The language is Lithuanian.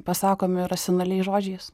pasakomi racionaliai žodžiais